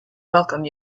welcome